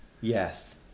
Yes